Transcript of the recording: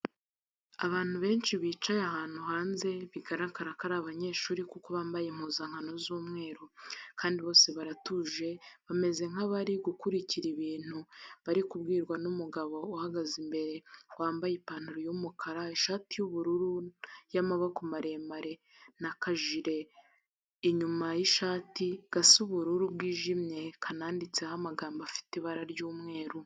Abantu benshi bicaye ahantu hanze, bigaragara ko ari abanyeshuri kuko bambaye impuzankano z'umweru kandi bose baratuje bameze nk'abari gukurikira ibintu bari kubwirwa n'umugabo ubahagaze imbere, wambaye ipantaro y'umukara, ishati y'ubururu y'amaboko maremare n'akajire inyuma y'ishati gasa ubururu bwijimye kananditseho amagambo afite ibara ry'umweru.